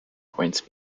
points